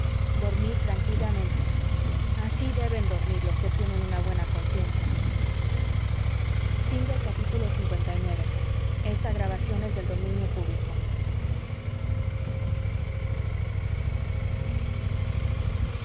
dormí tranquilamente así deben dormir los que tienen una buena conciencia